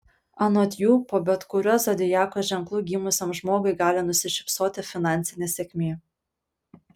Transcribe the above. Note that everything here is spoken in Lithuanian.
anot jų po bet kuriuo zodiako ženklu gimusiam žmogui gali nusišypsoti finansinė sėkmė